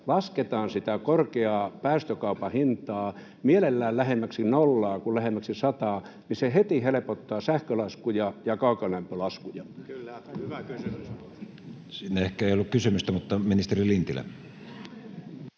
lasketaan sitä korkeaa päästökaupan hintaa mielellään lähemmäksi nollaa kuin lähemmäksi sataa, niin se heti helpottaa sähkölaskuja ja kaukolämpölaskuja? [Perussuomalaisten ryhmästä: Kyllä, hyvä kysymys!] [Speech